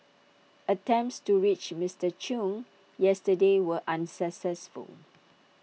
attempts to reach Mister chung yesterday were unsuccessful